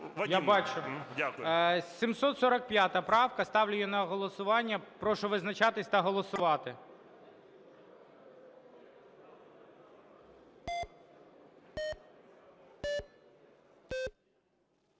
745 правка, ставлю її на голосування. Прошу визначатись та голосувати.